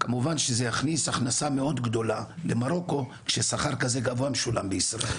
וכמובן שזה יכניס הכנסה מאוד גדולה למרוקו כשכר כזה גבוה משולם בישראל.